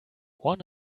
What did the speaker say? one